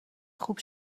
خوب